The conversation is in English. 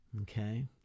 okay